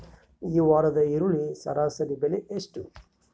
ಈ ವಾರದ ಈರುಳ್ಳಿ ಸರಾಸರಿ ಬೆಲೆ ಎಷ್ಟು?